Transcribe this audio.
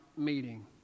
meeting